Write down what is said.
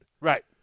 Right